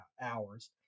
hours